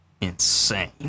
insane